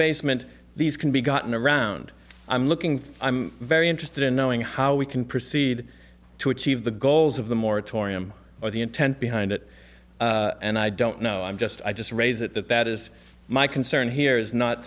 basement these can be gotten around i'm looking i'm very interested in knowing how we can proceed to achieve the goals of the moratorium or the intent behind it and i don't know i'm just i just raise it that that is my concern here is not